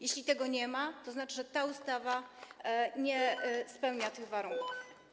Jeśli tego nie ma, to znaczy, że ta ustawa nie spełnia tych warunków.